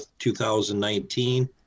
2019